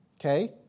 Okay